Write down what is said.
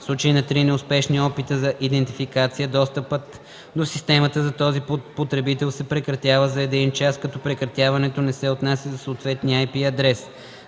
в случай на три неуспешни опита за идентификация достъпът до системата за този потребител се прекратява за един час, като прекратяването не се отнася за съответния IP адрес;